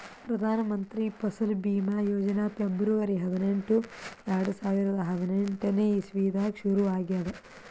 Pradhan Mantri Fasal Bima Yojana February ಹದಿನೆಂಟು, ಎರಡು ಸಾವಿರದಾ ಹದಿನೆಂಟನೇ ಇಸವಿದಾಗ್ ಶುರು ಆಗ್ಯಾದ್